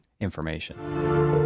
information